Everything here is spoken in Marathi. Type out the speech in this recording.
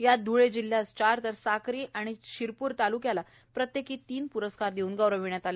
यात ध्वे जिल्ह्यास चार तर साक्री आणि शिरपूर तालुक्यास प्रत्येकी तीन प्रस्कार देऊन गौरविले गेले